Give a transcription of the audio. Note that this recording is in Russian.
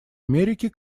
америки